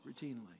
routinely